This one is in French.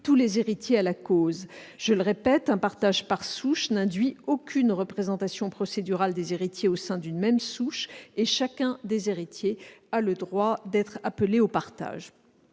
tous les héritiers à la cause. Je le répète, un partage par souche n'induit aucune représentation procédurale des héritiers au sein d'une même souche et chacun des héritiers a le droit d'être appelé au partage.